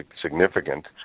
significant